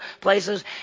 places